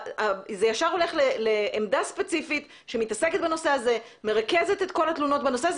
וזה ישר ילך לעמדה ספציפית שמרכזת את כל התלונות בנושא הזה